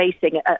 facing